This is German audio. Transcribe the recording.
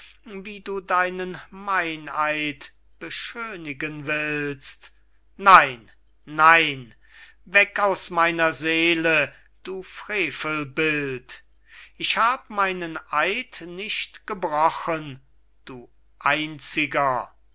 wie du deinen meineid beschönigen willst nein nein weg aus meiner seele du frevel bild ich hab meinen eid nicht gebrochen du einziger